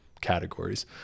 categories